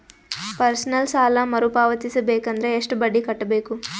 Personal ಸಾಲ ಮರು ಪಾವತಿಸಬೇಕಂದರ ಎಷ್ಟ ಬಡ್ಡಿ ಕಟ್ಟಬೇಕು?